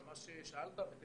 על מה ששאלת אותו,